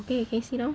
!hey! can see know